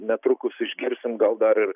netrukus išgirsim gal dar ir